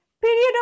Period